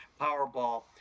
Powerball